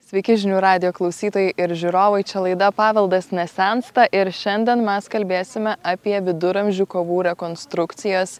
sveiki žinių radijo klausytojai ir žiūrovai čia laida paveldas nesensta ir šiandien mes kalbėsime apie viduramžių kovų rekonstrukcijas